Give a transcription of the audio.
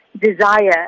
desire